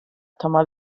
tomas